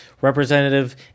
Representative